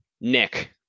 Nick